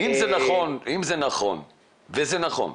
אם זה נכון, וזה נכון,